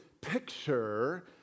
picture